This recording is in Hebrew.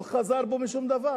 לא חזר בו משום דבר.